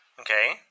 Okay